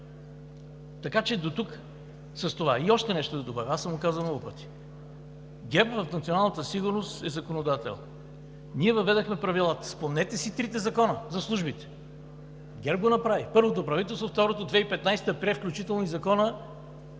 отбраната. Дотук с това. И още нещо да добавя, аз съм го казвал много пъти – ГЕРБ в националната сигурност е законодател. Ние въведохме правилата. Спомнете си трите закона за службите. ГЕРБ го направи – първото правителство. Второто, 2015 г., прие включително и Закона